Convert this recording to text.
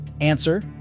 Answer